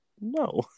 No